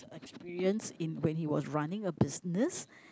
experience in when he was running a business